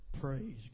Praise